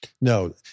No